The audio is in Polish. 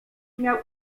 miał